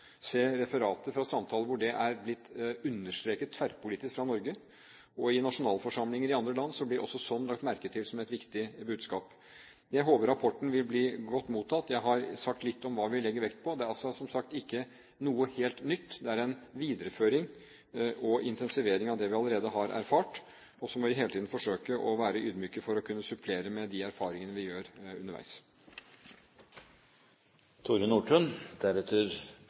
se referater fra samtaler hvor det er blitt understreket tverrpolitisk fra Norge. I nasjonalforsamlinger i andre land blir også sånt lagt merke til som et viktig budskap. Jeg håper rapporten vil bli godt mottatt. Jeg har sagt litt om hva vi legger vekt på, og det er som sagt ikke noe helt nytt – det er en videreføring og intensivering av det vi allerede har erfart. Så må vi hele tiden forsøke å være ydmyke for å kunne supplere med de erfaringene vi gjør underveis.